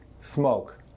smoke